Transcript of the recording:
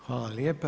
Hvala lijepa.